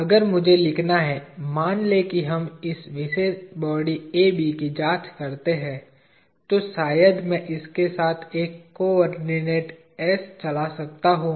अगर मुझे लिखना है मान लें कि हम इस विशेष बॉडी AB की जांच करते हैं तो शायद मैं इसके साथ एक कोआर्डिनेट s चला सकता हूं